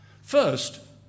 First